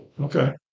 Okay